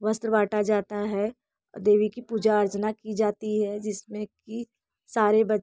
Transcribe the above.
वस्त्र बांटा जाता है देवी की पूजा अर्चना की जाती है जिसमें की सारे